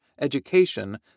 education